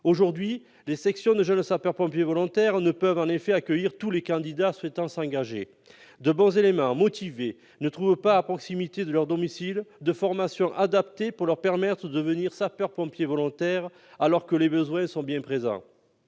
Aujourd'hui, les sections de jeunes sapeurs-pompiers volontaires ne peuvent en effet accueillir tous les candidats souhaitant s'engager. De bons éléments, motivés, ne trouvent pas à proximité de leur domicile de formations adaptées pour leur permettre de devenir sapeurs-pompiers volontaires, alors que les besoins sont bien présents.